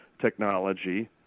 technology